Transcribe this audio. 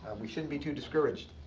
we shouldn't be too discouraged.